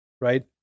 right